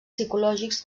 psicològics